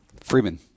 Freeman